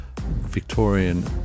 Victorian